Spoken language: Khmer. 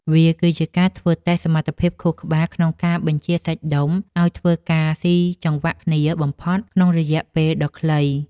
វាគឺជាការធ្វើតេស្តសមត្ថភាពខួរក្បាលក្នុងការបញ្ជាសាច់ដុំឱ្យធ្វើការស៊ីចង្វាក់គ្នាបំផុតក្នុងរយៈពេលដ៏ខ្លី។